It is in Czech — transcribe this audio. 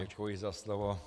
Děkuji za slovo.